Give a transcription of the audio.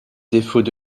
défauts